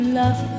love